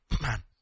man